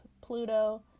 Pluto